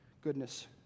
goodness